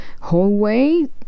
hallway